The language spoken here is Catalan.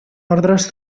ordres